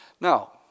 Now